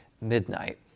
midnight